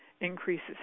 increases